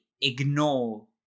ignore